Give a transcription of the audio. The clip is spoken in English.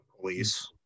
police